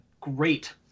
great